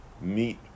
meet